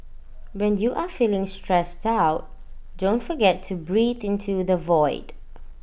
when you are feeling stressed out don't forget to breathe into the void